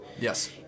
Yes